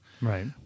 Right